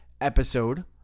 episode